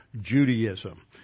Judaism